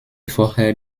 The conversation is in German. vorher